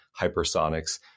hypersonics